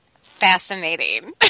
fascinating